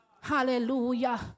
Hallelujah